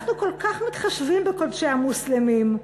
אנחנו כל כך מתחשבים בקודשי המוסלמים.